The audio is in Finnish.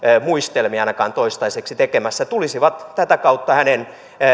muistelmia ainakaan toistaiseksi tekemässä tulisivat tätä kautta hänen